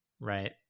right